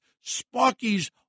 Sparky's